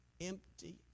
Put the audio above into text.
empty